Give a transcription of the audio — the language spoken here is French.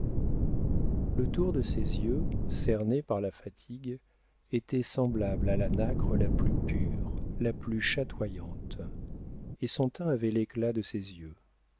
le tour de ses yeux cerné par la fatigue était semblable à la nacre la plus pure la plus chatoyante et son teint avait l'éclat de ses yeux